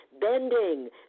bending